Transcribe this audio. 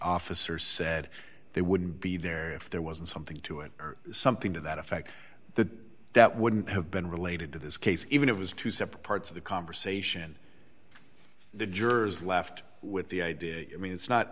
officer said they wouldn't be there if there wasn't something to it or something to that effect that that wouldn't have been related to this case even it was two separate parts of the conversation the jurors left with the idea i mean it's not